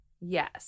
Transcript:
Yes